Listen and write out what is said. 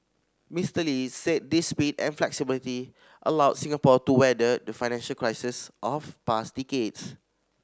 Mister Lee said this speed and flexibility allowed Singapore to weather the financial crises of past decades